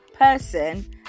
person